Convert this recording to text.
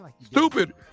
Stupid